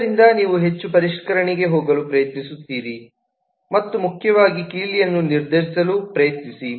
ಆದ್ದರಿಂದ ನೀವು ಹೆಚ್ಚು ಪರಿಷ್ಕರಣೆಗೆ ಹೋಗಲು ಪ್ರಯತ್ನಿಸುತ್ತೀರಿ ಮತ್ತು ಮುಖ್ಯವಾಗಿ ಕೀಲಿಯನ್ನು ನಿರ್ಧರಿಸಲು ಪ್ರಯತ್ನಿಸಿ